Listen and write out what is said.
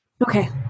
Okay